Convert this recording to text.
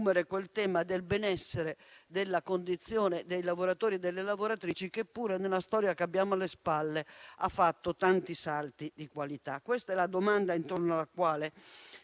quel tema del benessere della condizione dei lavoratori e delle lavoratrici che pure nella storia che abbiamo alle spalle ha fatto tanti salti di qualità. Il tema non è solo